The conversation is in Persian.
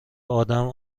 ادم